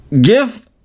give